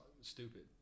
stupid